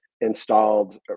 installed